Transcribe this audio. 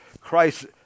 Christ